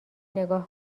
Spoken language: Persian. نگاه